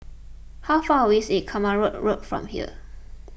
how far away is Kramat Road from here